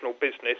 business